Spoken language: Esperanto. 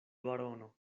barono